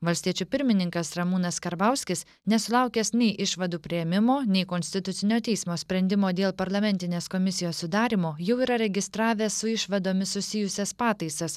valstiečių pirmininkas ramūnas karbauskis nesulaukęs nei išvadų priėmimo nei konstitucinio teismo sprendimo dėl parlamentinės komisijos sudarymo jau yra registravęs su išvadomis susijusias pataisas